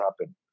happen